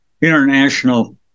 international